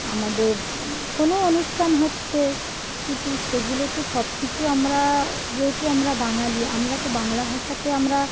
আমাদের কোনো অনুষ্ঠান হচ্ছে কিছু সেগুলো তো সব কিছু আমরা যেহেতু আমরা বাঙালি আমরা তো বাংলা ভাষাকে আমরা